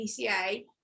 PCA